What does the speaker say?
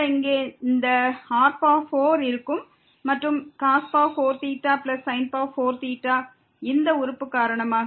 இந்த இங்கே இந்த r4 இருக்கும் மற்றும் இந்த உறுப்பு காரணமாக